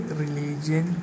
religion